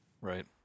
Right